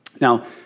Now